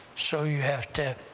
so, you have to